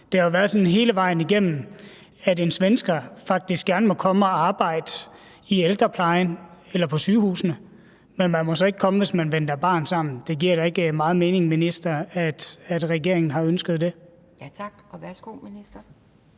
Det har jo været sådan hele vejen igennem, at en svensker faktisk gerne må komme og arbejde i ældreplejen eller på sygehusene, men at man så ikke må komme, hvis man venter barn sammen. Det giver da ikke meget mening, minister, at regeringen har ønsket det. Kl. 18:12 Anden